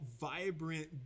vibrant